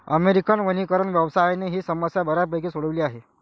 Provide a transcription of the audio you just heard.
American वनीकरण व्यवसायाने ही समस्या बऱ्यापैकी सोडवली आहे